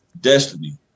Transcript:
Destiny